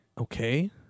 Okay